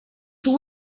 for